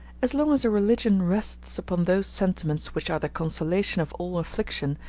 as long as a religion rests upon those sentiments which are the consolation of all affliction,